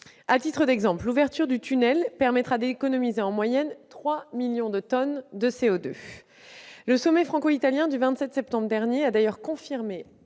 À titre d'exemple, l'ouverture du tunnel permettra d'économiser en moyenne trois millions de tonnes de CO2. Le sommet franco-italien du 27 septembre dernier a d'ailleurs confirmé